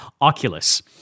Oculus